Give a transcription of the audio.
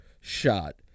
shot